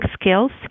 skills